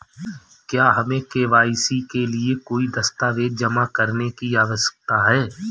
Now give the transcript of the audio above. क्या हमें के.वाई.सी के लिए कोई दस्तावेज़ जमा करने की आवश्यकता है?